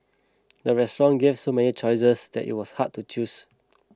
the restaurant gave so many choices that it was hard to choose